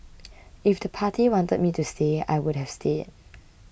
if the party wanted me to stay I would have stayed